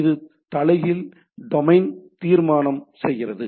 இதை தலைகீழ் டொமைன் தீர்மானம் செய்கிறது